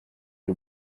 the